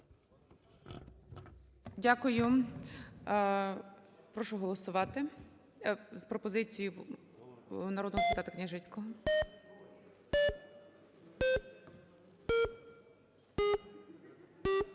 Дякую. Прошу голосувати з пропозицією народного депутата Княжицького.